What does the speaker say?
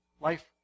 life